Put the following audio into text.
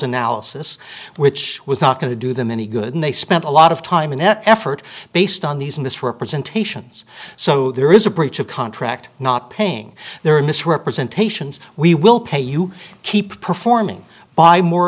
analysis which was not going to do them any good and they spent a lot of time and effort based on these misrepresentations so there is a breach of contract not paying their misrepresentations we will pay you keep performing buy more